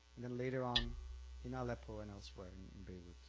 then later on in aleppo and elsewhere in beirut,